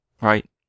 Right